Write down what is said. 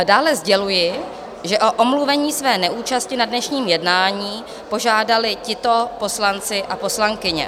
Dále sděluji, že o omluvení své neúčasti na dnešním jednání požádali tito poslanci a poslankyně.